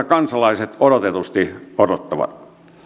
kansalaiset oikeutetusti odottavat